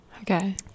Okay